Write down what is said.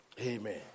Amen